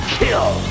kill